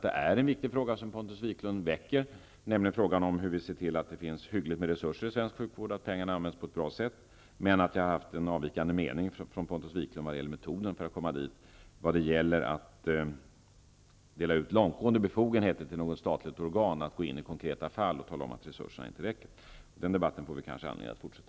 Det är en viktig fråga som har ställts av Pontus Wiklund, nämligen hur vi ser till att det finns hyggligt med resurser i svensk sjukvård och att pengarna används på ett bra sätt. Jag har dock haft en från Pontus Wiklund avvikande mening vad gäller metoderna för att komma dit. Debatten om att dela ut långtgående befogenheter till något statligt organ för att gå in i konkreta fall och tala om att resurserna inte räcker får vi kanske anledning att fortsätta.